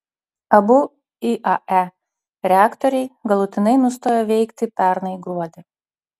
abu iae reaktoriai galutinai nustojo veikti pernai gruodį